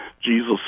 Jesus